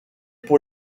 pour